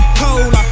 cold